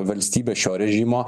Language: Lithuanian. valstybės šio režimo